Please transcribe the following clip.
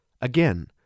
Again